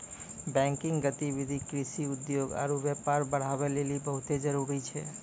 banking गतिविधि कृषि, उद्योग आरु व्यापार बढ़ाबै लेली बहुते जरुरी छै